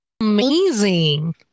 amazing